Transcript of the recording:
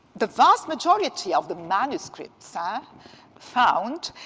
the vast majority of the manuscripts ah found